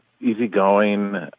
easygoing